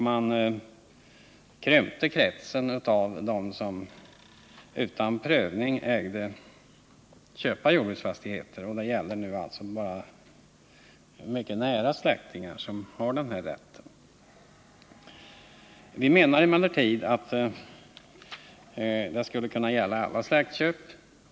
Man krympte kretsen av dem som utan prövning ägde rätt att köpa jordbruksfastighet, och det är nu bara mycket nära släktingar som har den rätten. Vi menar emellertid att förvärvsprövningen bör gälla alla släktköp.